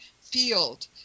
field